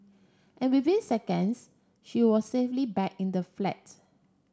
and within seconds she was safely back in the flat